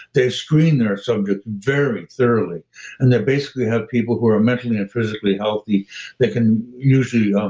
they screen their subject very thoroughly and they're basically have people who are mentally and physically healthy that can usually um